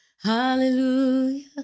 Hallelujah